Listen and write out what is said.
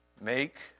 make